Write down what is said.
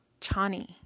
Chani